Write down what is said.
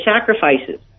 sacrifices